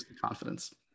confidence